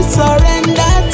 surrender